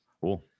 Cool